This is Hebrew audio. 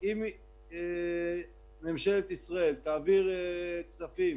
אם ממשלת ישראל תעביר כספים